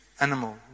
Animal